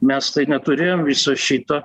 mes tai neturėjom viso šito